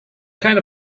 kind